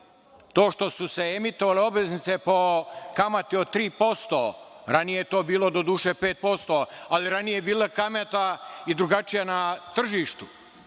To što su se emitovale obveznice po kamati od tri posto, ranije je to bilo doduše pet posto, ali ranije je bila kamata i drugačija na tržištu.